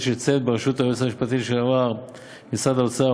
של צוות בראשות היועץ המשפטי לשעבר של משרד האוצר,